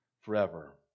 forever